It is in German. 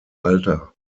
alter